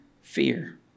fear